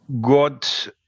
got